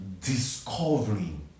discovering